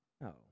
No